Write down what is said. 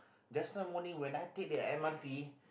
just now morning when I take the M_R_T